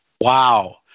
wow